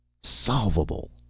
Solvable